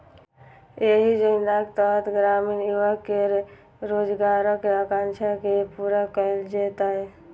एहि योजनाक तहत ग्रामीण युवा केर रोजगारक आकांक्षा के पूरा कैल जेतै